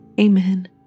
Amen